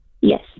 Yes